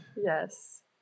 yes